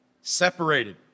Separated